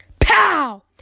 Pow